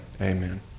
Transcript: Amen